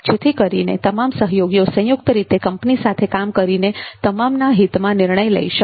જેથી કરીને તમામ સહયોગીઓ સંયુક્ત રીતે કંપની સાથે કામ કરીને તમામના હિતમાં નિર્ણય લઈ શકે